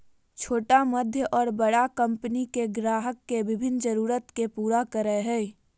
छोटा मध्य और बड़ा कंपनि के ग्राहक के विभिन्न जरूरत के पूरा करय हइ